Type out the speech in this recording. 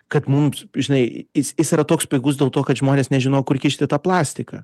kad mums žinai jis jis yra toks pigus dėl to kad žmonės nežino kur kišti tą plastiką